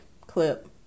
clip